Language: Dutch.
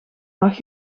mag